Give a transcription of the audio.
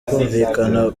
kumvikana